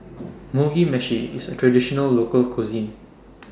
Mugi Meshi IS A Traditional Local Cuisine